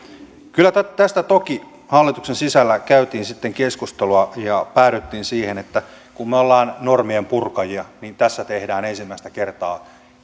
kyllä tästä toki hallituksen sisällä käytiin sitten keskustelua ja päädyttiin siihen että kun me olemme normien purkajia niin tässä tehdään ensimmäistä kertaa